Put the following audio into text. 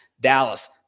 Dallas